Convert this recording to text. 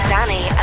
Danny